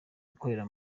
ikorera